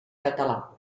català